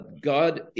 God